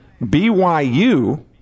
BYU